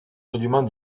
rudiments